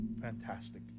Fantastic